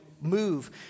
move